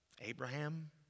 Abraham